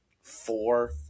four